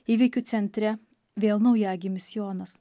įvykių centre vėl naujagimis jonas